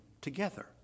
together